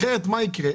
מה יקרה?